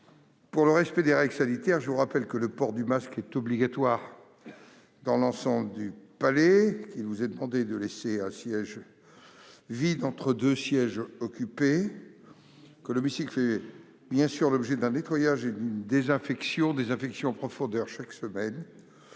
afin de respecter les règles sanitaires, je vous rappelle que le port du masque est obligatoire dans l'enceinte du palais et qu'il vous est demandé de laisser un siège vide entre deux sièges occupés. L'hémicycle fait bien sûr l'objet d'un nettoyage et d'une désinfection en profondeur chaque semaine,